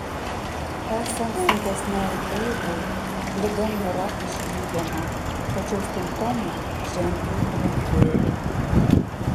esant sunkesnei eigai liga nėra išgydoma tačiau simptomai ženkliai palengvėja